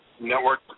network